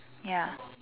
ya